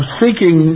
seeking